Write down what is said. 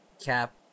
Cap